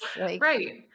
right